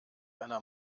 einer